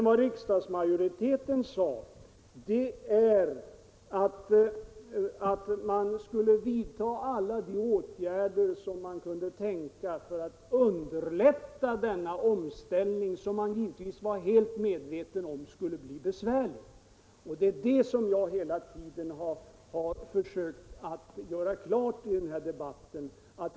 Vad den sade var att man skulle vidta alla de åtgärder som kunde tänkas för att underlätta denna omställning, som — det var man givetvis helt medveten om — skulle bli besvärlig. Det är det som jag hela tiden har försökt att göra klart i den här debatten.